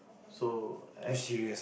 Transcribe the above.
so at